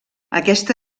aquesta